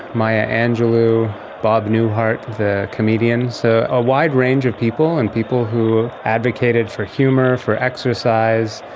maya angelou, bob newhart the comedian, so a wide range of people and people who advocated for humour, for exercise.